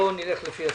בואו נלך לפי הסדר.